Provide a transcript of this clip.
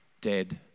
dead